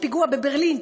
פיגוע בברלין,